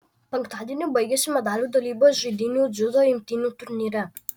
penktadienį baigėsi medalių dalybos žaidynių dziudo imtynių turnyre